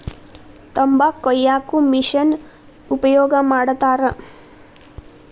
ತಂಬಾಕ ಕೊಯ್ಯಾಕು ಮಿಶೆನ್ ಉಪಯೋಗ ಮಾಡತಾರ